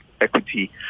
equity